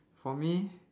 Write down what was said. for me